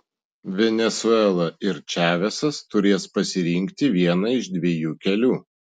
venesuela ir čavesas turės pasirinkti vieną iš dviejų kelių